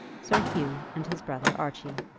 sir hugh and his brother archie.